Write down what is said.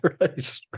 Right